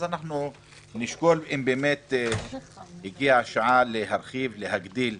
אנחנו נשקול אם באמת הגיעה השעה להרחיב ולהגדיל.